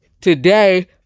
today